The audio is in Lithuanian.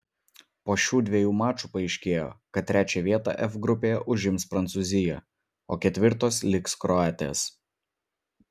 po šių dviejų mačų paaiškėjo kad trečią vietą f grupėje užims prancūzija o ketvirtos liks kroatės